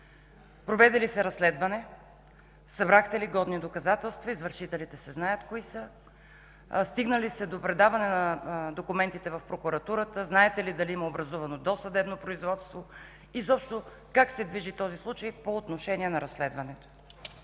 Проведе ли се разследване? Събрахте ли годни доказателства. Извършителите се знаят кои са. Стигна ли се до предаване на документите в прокуратурата? Знаете ли дали има образувано досъдебно производство? Изобщо как се движи този случай по отношение на разследването?